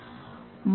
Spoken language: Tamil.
User ஆம் என்கிறார்